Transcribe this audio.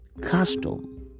custom